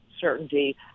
certainty